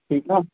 ठीकु आहे